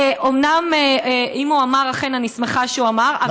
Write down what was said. אומנם אם הוא אמר אכן אני שמחה שהוא אמר,